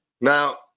Now